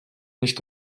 nicht